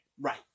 Right